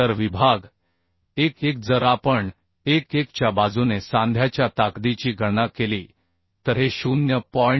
तर विभाग 1 1 जर आपण 1 1 च्या बाजूने सांध्याच्या ताकदीची गणना केली तर हे 0